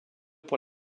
pour